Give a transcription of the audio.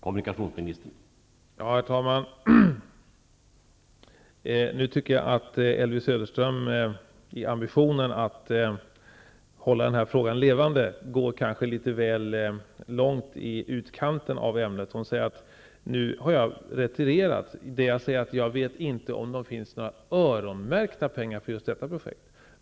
Herr talman! Nu tycker jag att Elvy Söderström i sin ambition att hålla frågan levande går litet långt i utkanten av ämnet. Hon säger att jag har retirerat. Men jag säger att jag inte vet om det finns några öronmärkta pengar för just detta projekt.